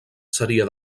seria